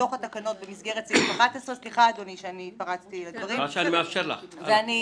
בתוך התקנות במסגרת סעיף 11. לכן,